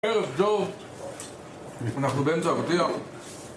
ערב טוב, אנחנו באמצע אבטיח